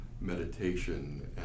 meditation